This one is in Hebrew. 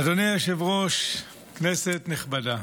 אדוני היושב-ראש, כנסת נכבדה,